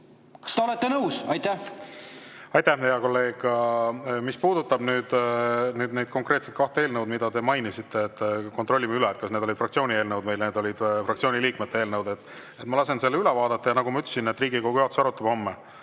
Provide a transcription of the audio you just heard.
Kas te olete nõus? Aitäh, hea kolleeg! Mis puudutab neid konkreetset kahte eelnõu, mida te mainisite, siis kontrollime üle, kas need olid fraktsiooni eelnõud või olid fraktsiooni liikmete eelnõud. Ma lasen selle üle vaadata. Ja nagu ma ütlesin, Riigikogu juhatus arutab homme